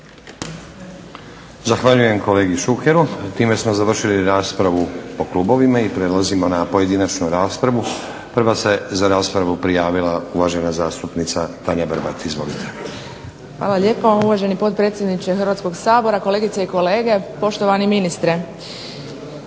Zahvaljujem kolegi Šukeru. Time smo završili raspravu po klubovima i prelazimo na pojedinačnu raspravu. Prva se za raspravu prijavila uvažena zastupnica Tanja Vrbat. Izvolite. **Vrbat Grgić, Tanja (SDP)** Hvala lijepo. Uvaženi potpredsjedniče Hrvatskog sabora, kolegice i kolege, poštovani ministre.